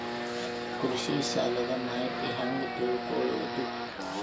ಕೃಷಿ ಸಾಲದ ಮಾಹಿತಿ ಹೆಂಗ್ ತಿಳ್ಕೊಳ್ಳೋದು?